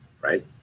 right